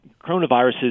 coronaviruses